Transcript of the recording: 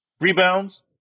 Rebounds